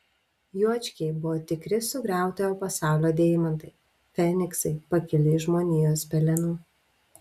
juočkiai buvo tikri sugriautojo pasaulio deimantai feniksai pakilę iš žmonijos pelenų